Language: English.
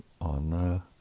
on